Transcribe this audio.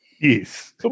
yes